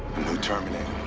new terminator